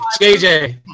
JJ